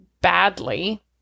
badly